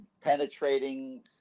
penetrating